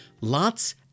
Lots